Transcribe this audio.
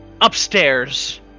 upstairs